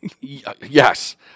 Yes